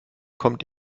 kommt